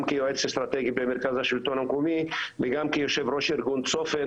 גם כיועץ אסטרטגי במרכז השילטון המקומי וגם כיושב ראש ארגון "צופן",